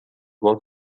کار